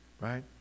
Right